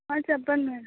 చెప్పండి మేడం